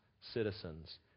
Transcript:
citizens